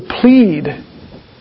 plead